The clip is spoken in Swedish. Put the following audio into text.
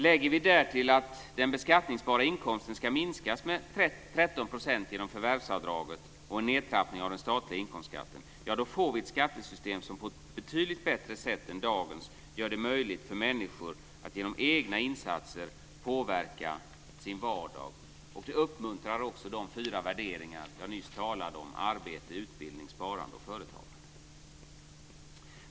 Lägger vi därtill att den beskattningsbara inkomsten ska minskas med 13 % genom förvärvsavdraget och en nedtrappning av den statliga inkomstskatten får vi ett skattesystem som på ett betydligt bättre sätt än dagens gör det möjligt för människor att genom egna insatser påverka sin vardag. Det uppmuntrar också de fyra värderingar jag nyss talade om - arbete, utbildning, sparande och företagande.